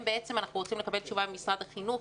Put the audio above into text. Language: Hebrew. בעצם אנחנו רוצים לקבל תשובה ממשרד החינוך,